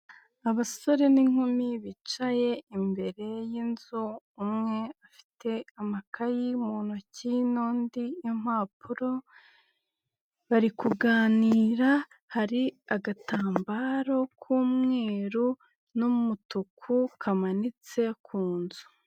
Abasore n'inkumi bicaye imbere y'inzu, umwe afite amakayi mu ntoki n'undi impapuro, barikuganira, hari agatambaro k'umweru n'umutuku, kamanitse ku nzu.